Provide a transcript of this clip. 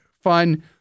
fun